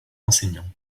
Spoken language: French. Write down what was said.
enseignants